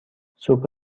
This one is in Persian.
سوپ